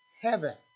heaven